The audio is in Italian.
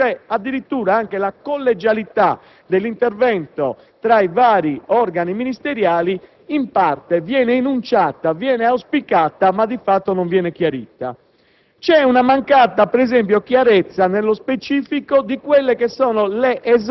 gli interventi dei vari Ministeri. Addirittura, anche la collegialità dell'intervento tra i vari organi ministeriali in parte viene enunciata ed auspicata ma, di fatto, non viene chiarita.